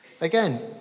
Again